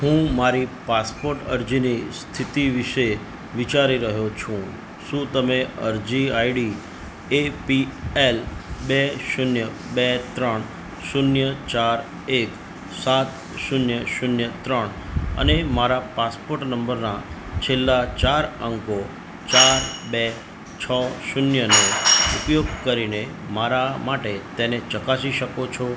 હું મારી પાસપોર્ટ અરજીની સ્થિતિ વિષે વિચારી રહ્યો છું શું તમે અરજી આઈડી એપીએલ બે શૂન્ય બે ત્રણ શૂન્ય ચાર એક સાત શૂન્ય શૂન્ય ત્રણ અને મારા પાસપોર્ટ નંબરના છેલ્લા ચાર અંકો ચાર બે છ શૂન્યનો ઉપયોગ કરીને મારા માટે તેને ચકાસી શકો છો